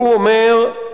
והוא אומר: